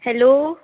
hello